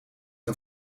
een